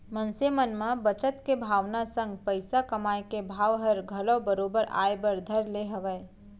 मनसे मन म बचत के भावना संग पइसा कमाए के भाव हर घलौ बरोबर आय बर धर ले हवय